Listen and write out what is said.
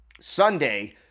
Sunday